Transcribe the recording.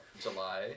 July